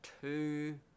two